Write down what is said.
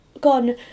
gone